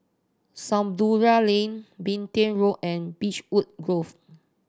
Samudera Lane Petain Road and Beechwood Grove